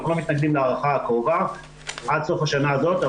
אנחנו לא מתנגדים להארכה הקרובה עד סוף השנה הזאת,